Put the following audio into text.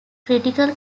critical